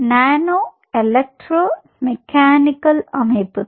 நானோ electro mechanical அமைப்புகள்